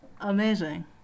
Amazing